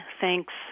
thanks